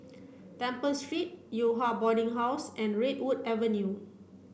Temple Street Yew Hua Boarding House and Redwood Avenue